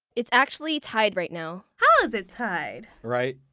it's actually tied right now. how is it tied? right?